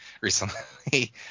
recently